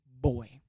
Boy